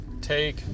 take